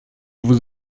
vous